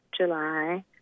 July